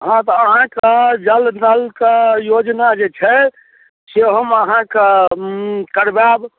हँ तऽ अहाँके जल नलके योजना जे छै से हम अहाँके करवायब